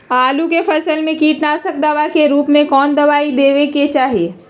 आलू के फसल में कीटनाशक दवा के रूप में कौन दवाई देवे के चाहि?